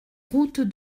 route